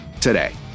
today